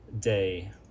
day